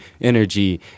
energy